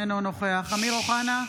אינו נוכח אמיר אוחנה,